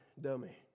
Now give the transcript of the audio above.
dummy